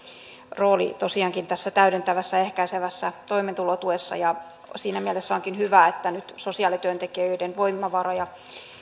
rooli tosiaankin tässä täydentävässä ja ehkäisevässä toimeentulotuessa siinä mielessä onkin hyvä että nyt sosiaalityöntekijöiden voimavaroja